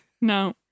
No